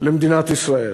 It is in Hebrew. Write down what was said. מדינת ישראל.